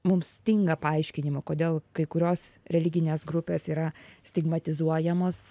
mums stinga paaiškinimų kodėl kai kurios religinės grupės yra stigmatizuojamos